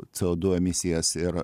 c o du emisijas ir